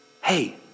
hey